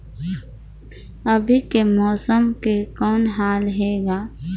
अभी के मौसम के कौन हाल हे ग?